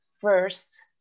first